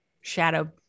shadow